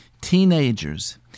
teenagers